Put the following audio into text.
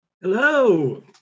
Hello